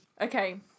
okay